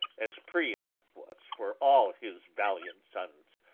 as priam was for all his valiant sonnes,